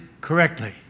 correctly